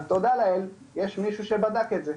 אז תודה לאל, יש מישהו שבדק את זה.